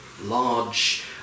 large